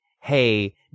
hey